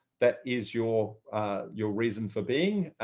that is your your reason for being,